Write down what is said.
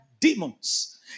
demons